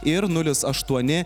ir nulis aštuoni